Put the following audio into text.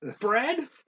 bread